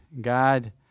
God